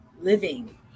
living